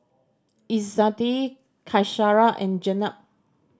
Izzati Qaisara and Jenab